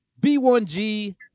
b1g